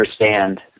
understand